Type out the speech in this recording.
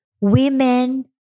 women